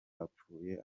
apfuye